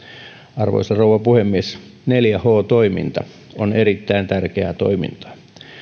arvoisa rouva puhemies neljä h toiminta on erittäin tärkeää toimintaa